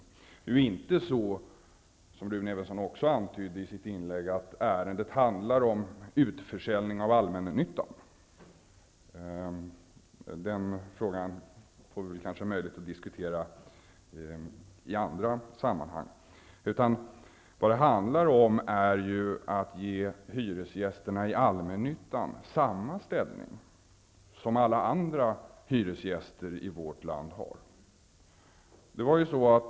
Ärendet handlar inte, som Rune Evenson också antydde i sitt inlägg, om utförsäljning av allmännyttan. Den frågan får vi kanske möjlighet att diskutera i andra sammanhang. Vad det nu handlar om är att ge hyresgästerna i allmännyttan samma ställning som alla andra hyresgäster i vårt land har.